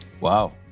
Wow